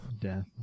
Death